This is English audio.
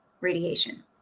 radiation